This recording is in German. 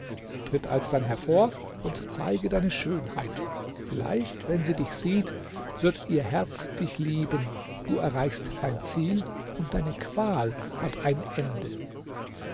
tritt alsdann hervor und zeige deine schönheit vielleicht wenn sie dich sieht wird ihr herz dich lieben du erreichst dein ziel und deine qual hat ein ende